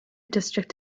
district